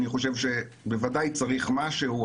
בוודאי צריך משהו,